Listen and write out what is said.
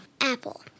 Apple